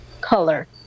color